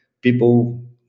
people